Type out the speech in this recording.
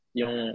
yung